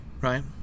right